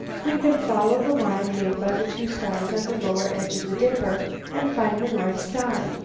we can follow the line made by the two stars at the lower edge of the dipper and find the north star.